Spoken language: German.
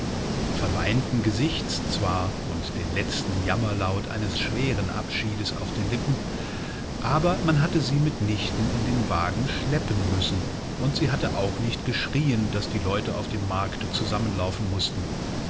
verweinten gesichts zwar und den letzten jammerlaut eines schweren abschiedes auf den lippen aber man hatte sie mit nichten in den wagen schleppen müssen und sie hatte auch nicht geschrieen daß die leute auf dem markte zusammenlaufen mußten